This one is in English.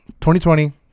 2020